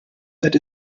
that